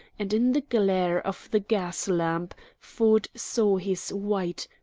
and in the glare of the gas-lamp ford saw his white,